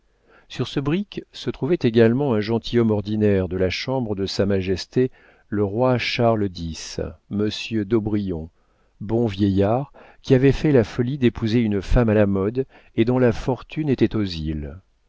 sur ce brick se trouvait également un gentilhomme ordinaire de la chambre de s m le roi charles x monsieur d'aubrion bon vieillard qui avait fait la folie d'épouser une femme à la mode et dont la fortune était aux îles